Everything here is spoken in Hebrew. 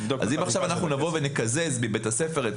אם עכשיו אנחנו נבוא ונקזז מבית הספר,